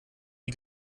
wie